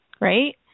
right